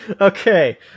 okay